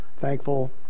thankful